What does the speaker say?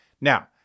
Now